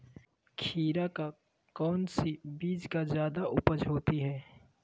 खीरा का कौन सी बीज का जयादा उपज होती है?